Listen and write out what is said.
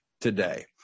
today